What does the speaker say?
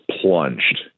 plunged